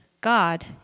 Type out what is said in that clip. God